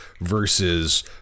versus